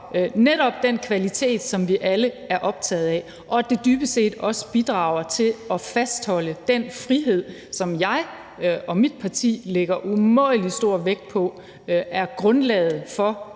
netop den kvalitet, som vi alle er optaget af, og at det dybest set også bidrager til at fastholde den frihed, som jeg og mit parti lægger umådelig stor vægt på er grundlaget for